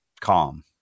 calm